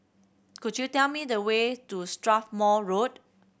could you tell me the way to Strathmore Road